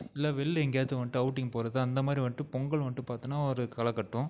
இல்லை வெளில எங்கேயாச்சும் வந்துட்டு அவுட்டிங் போகிறது அந்த மாதிரி வந்துட்டு பொங்கலும் வந்துட்டு பார்த்தோன்னா ஒரு களைகட்டும்